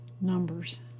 numbers